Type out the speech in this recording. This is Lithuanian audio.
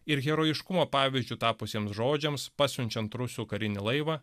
ir herojiškumo pavyzdžiu tapusiem žodžiams pasiunčiant rusų karinį laivą